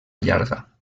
llarga